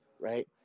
right